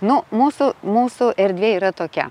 nu mūsų mūsų erdvė yra tokia